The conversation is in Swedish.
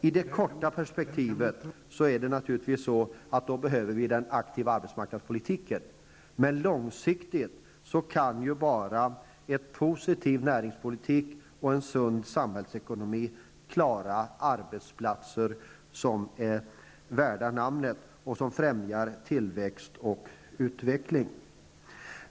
I det korta perspektivet behöver vi naturligtvis den aktiva arbetsmarknadspolitiken. Men långsiktigt kan bara en positiv näringspolitik och en sund samhällsekonomi klara att skapa arbetsplatser som är värda namnet och som främjar tillväxt och utveckling.